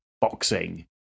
boxing